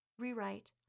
Rewrite